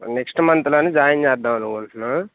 next మంత్లోని join చేద్దామనుకుంటున్నాం